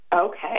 Okay